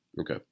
okay